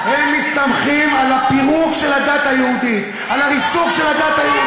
אתה תחליט מה דת ומה לא דת,